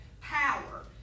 power